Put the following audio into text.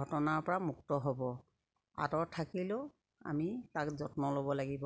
ঘটনাৰ পৰা মুক্ত হ'ব আঁতৰত থাকিলেও আমি তাক যত্ন ল'ব লাগিব